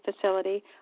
facility